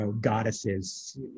goddesses